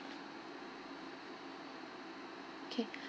okay